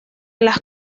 las